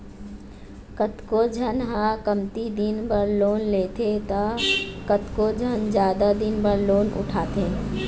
कतको झन ह कमती दिन बर लोन लेथे त कतको झन जादा दिन बर लोन उठाथे